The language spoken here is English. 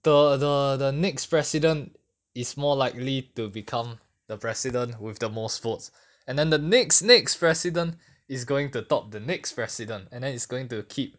the the the next president is more likely to become the president with the most votes and then the next next president is going to top the next president and then it's going to keep